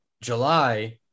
July